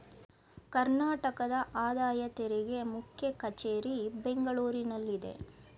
ಕರ್ನಾಟಕದ ಆದಾಯ ತೆರಿಗೆ ಮುಖ್ಯ ಕಚೇರಿ ಬೆಂಗಳೂರಿನಲ್ಲಿದೆ